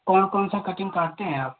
कौन कौन सा कटिंग करते हैं आप